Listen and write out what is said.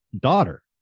daughter